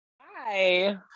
hi